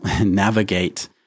navigate